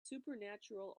supernatural